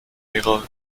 mehrerer